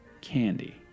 Candy